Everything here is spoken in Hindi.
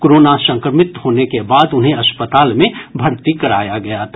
कोरोना संक्रमित होने के बाद उन्हें अस्पताल में भर्ती कराया गया था